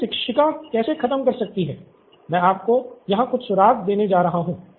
उसे शिक्षिका कैसे खत्म कर सकती हैं मैं आपको यहां कुछ सुराग देने जा रहा हूं